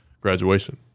graduation